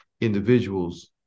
individuals